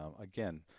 Again